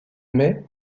mai